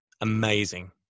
amazing